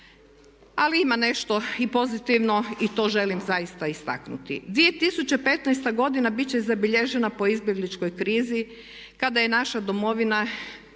Ali ima nešto i pozitivno i to želim zaista istaknuti. 2015.godina bit će zabilježena po izbjegličkoj krizi, kada je naša Domovina,